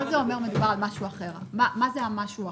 מה זה המשהו האחר?